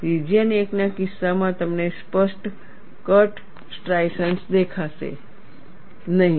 region 1 ના કિસ્સામાં તમને સ્પષ્ટ કટ સ્ટ્રાઇશન્સ દેખાશે નહીં